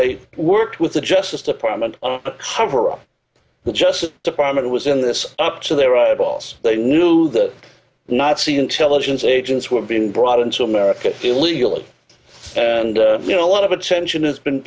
they worked with the justice department on a cover up the justice department was in this up to their eyeballs they knew that nazi intelligence agents were being brought into america illegally and you know a lot of attention has been